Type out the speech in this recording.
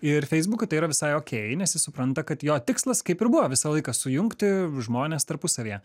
ir feisbukui tai yra visai okei nes jis supranta kad jo tikslas kaip ir buvo visą laiką sujungti žmones tarpusavyje